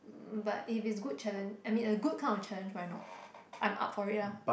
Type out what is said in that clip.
but if it's good challenge I mean a good kind of challenge why not I'm up for it lah